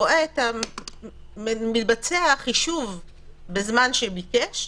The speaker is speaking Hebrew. מתבצע החישוב בזמן שביקש,